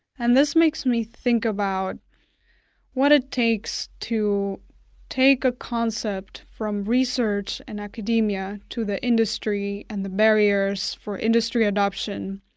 and this makes me think about what it takes to take a concept from research and academia to the industry and the barriers for industry adoption.